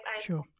Sure